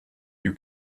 you